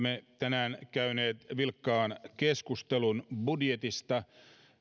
me olemme tänään käyneet vilkkaan keskustelun budjetista